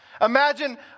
Imagine